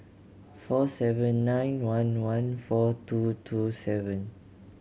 four seven nine one one four two two seven